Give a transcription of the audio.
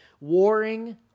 warring